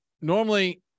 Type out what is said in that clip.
normally